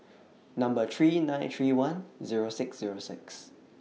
Number three nine three one Zero six Zero six